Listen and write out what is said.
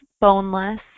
boneless